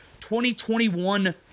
2021